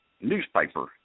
newspaper